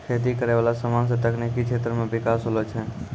खेती करै वाला समान से तकनीकी क्षेत्र मे बिकास होलो छै